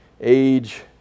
age